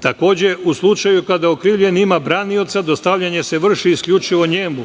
Takođe, u slučaju kada okrivljeni ima branica, dostavljanje se vrši isključivo njemu,